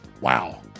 Wow